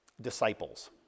disciples